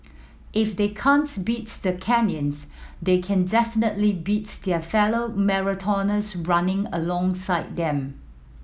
if they can't beat the Kenyans they can definitely beat their fellow marathoners running alongside them